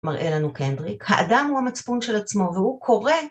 מראה לנו קנדריק, האדם הוא המצפון של עצמו והוא קורא...